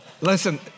Listen